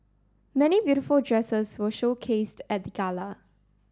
many beautiful dresses were showcased at the gala